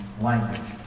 language